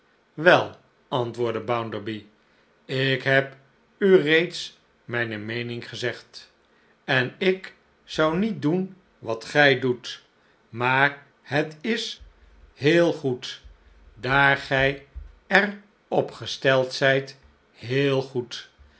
wel antwoordde bounderby ik heb u reeds mijne meening gezegd en i k zou niet doen wat gij doet maar het is heel goed daar gij er op gesteld zijt heel goed